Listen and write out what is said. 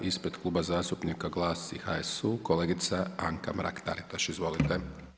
Ispred Kluba zastupnika GLAS i HSU, kolegica Anka Mrak-Taritaš, izvolite.